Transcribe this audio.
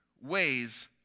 ways